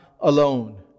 alone